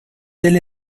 del